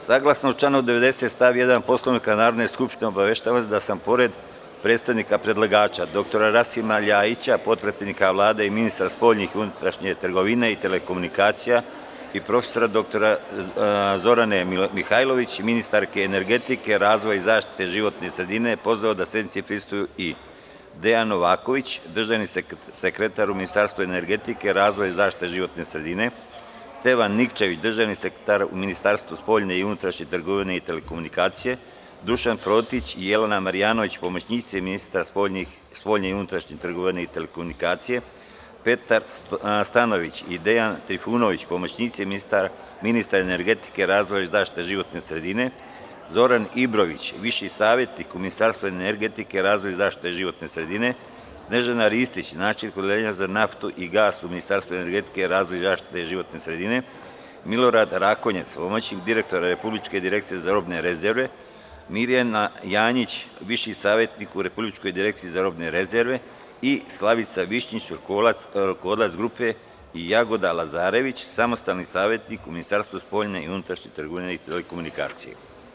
Saglasno članu 90. stav 1. Poslovnika Narodne skupštine, obaveštavam vas da sam pored predstavnika predlagača dr Rasima Ljajića, potpredsednika Vlade i ministra spoljne i unutrašnje trgovine i telekomunikacija, i prof. dr Zorane Mihajlović, ministarke energetike, razvoja i zaštite životne sredine pozvao da sednici prisustvuju i Dejan Novaković, državni sekretar u Ministarstvu energetike, razvoja i zaštite životne sredine, Stevan Nikčević, državni sekretar u Ministarstvu spoljne i unutrašnje trgovine i telekomunikacija, Dušan Protić i Jelena Marjanović, pomoćnici ministra spoljne i unutrašnje trgovine i telekomunikacija, Petar Stanojević i Dejan Trifunović, pomoćnici ministra energetike, razvoja i zaštite životne sredine, Zoran Ibrović, viši savetnik u Ministarstvu energetike, razvoja i zaštite životne sredine, Snežana Ristić, načelnik Odeljenja za naftu i gas u Ministarstvu energetike, razvoja i zaštite životne sredine, Milorad Rakonjaca, pomoćnik direktora Republičke direkcije za robne rezerve, Mirjana Janjić, viši savetnik u Republičkoj direkciji za robne rezerve i Slavica Višnjić, rukovodilac Grupe i Jagoda Lazarević, samostalni savetnik, u Ministarstvu spoljne i unutrašnje trgovine i telekomunikacija.